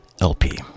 LP